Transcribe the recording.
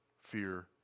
fear